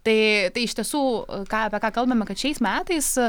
tai tai iš tiesų ką apie ką kalbame kad šiais metais